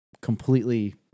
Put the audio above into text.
completely